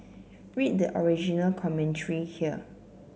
read the original commentary here